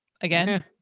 again